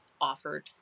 offered